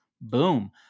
boom